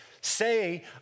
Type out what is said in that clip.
say